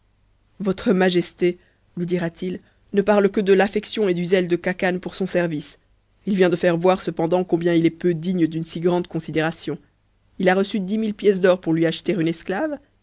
votre majesté lui dira-t-il ne e que de l'affection et du zèle de khacan pour son service il vient de e voir cependant combien il est peu digne d'une si grande considé on ii a reçu dix mille pièces d'or pour lui acheter une esclave